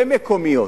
ומקומיות,